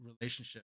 relationship